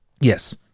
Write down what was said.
Yes